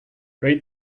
rate